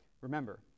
Remember